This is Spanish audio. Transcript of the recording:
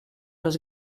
los